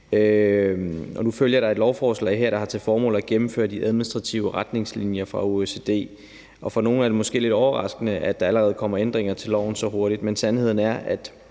Nu følger der et lovforslag her, der har til formål at gennemføre de administrative retningslinjer fra OECD. For nogle er det måske lidt overraskende, at der allerede kommer ændringer til loven så hurtigt, men sandheden er, at